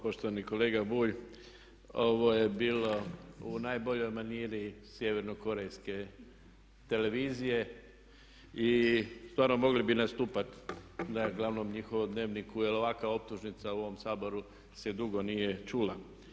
Poštovani kolega Bulj, ovo je bilo u najboljoj maniri Sjevernokorejske televizije i stvarno mogli biste nastupat na glavnom njihovom dnevniku jer ovakva optužnica u ovom Saboru se dugo nije čula.